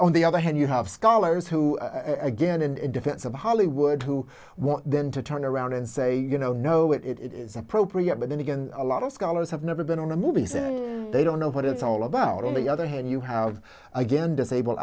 on the other hand you have scholars who again in defense of hollywood who want then to turn around and say you know no it is appropriate but then again a lot of scholars have never been on a movie set they don't know what it's all about on the other hand you have again disabled